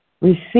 Receive